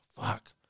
fuck